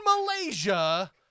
Malaysia-